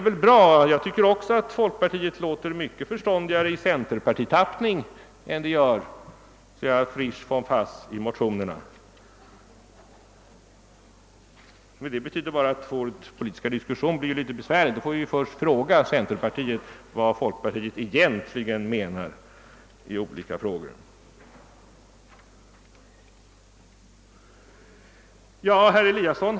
Allright, jag tycker också att folkpartiet låter mycket förståndigare i centerpartitappning än i originaltappning i motionen, men vår politiska diskussion blir litet besvärlig om vi först måste fråga centerpartiet, vad folkpartiet egentligen menar i olika ärenden.